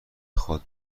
خواد